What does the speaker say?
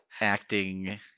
acting